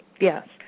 Yes